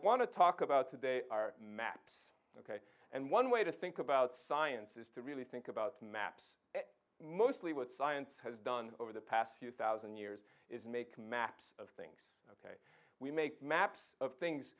want to talk about today are maps ok and one way to think about science is to really think about maps mostly what science has done over the past few thousand years is make maps of we make maps of things